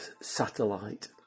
satellite